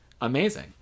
amazing